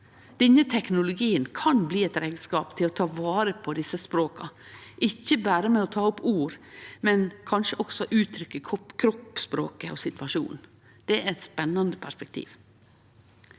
Denne teknologien kan bli ein reiskap til å ta vare på desse språka, ikkje berre ved å ta opp ord, men kanskje også uttrykkje kroppsspråket og situasjonen. Det er eit spennande perspektiv.